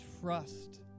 trust